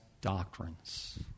doctrines